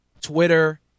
Twitter